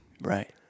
Right